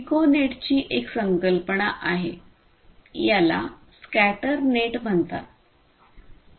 पिकोनेटची एक संकल्पना आहे याला स्कॅटर नेट म्हणतात